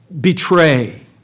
betray